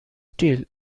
steel